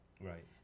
Right